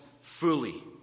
fully